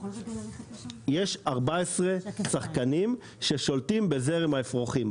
יש 14 שחקנים ששולטים בזרם האפרוחים,